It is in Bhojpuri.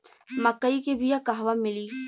मक्कई के बिया क़हवा मिली?